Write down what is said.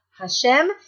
Hashem